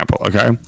Okay